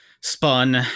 spun